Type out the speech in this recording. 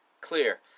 clear